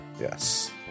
Yes